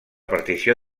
partició